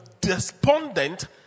despondent